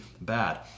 bad